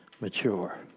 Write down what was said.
mature